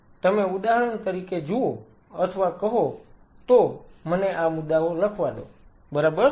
તેથી તમે ઉદાહરણ તરીકે જુઓ અથવા કહો તો મને આ મુદ્દાઓ લખવા દો બરાબર